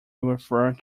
refer